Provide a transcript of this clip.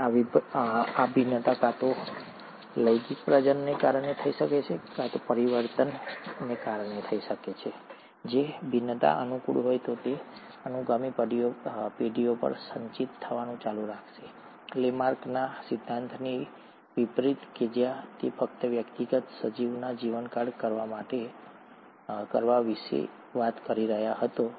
અને આ ભિન્નતા કાં તો લૈંગિક પ્રજનનને કારણે થઈ શકે છે પરિવર્તનને કારણે અને જો ભિન્નતા અનુકૂળ હોય તો તે અનુગામી પેઢીઓ પર સંચિત થવાનું ચાલુ રાખશે લેમાર્કના સિદ્ધાંતથી વિપરીત જ્યાં તે ફક્ત વ્યક્તિગત સજીવના જીવનકાળ કરવા વિશે વાત કરી રહ્યો હતો